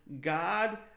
God